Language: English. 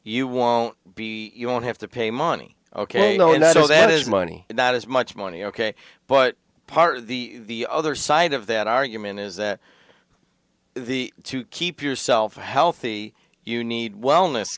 you won't be you won't have to pay money ok so that is money not as much money ok but part of the other side of that argument is that the to keep yourself healthy you need wellness